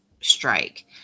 strike